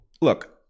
look